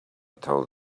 told